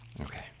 okay